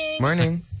Morning